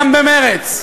גם במרצ,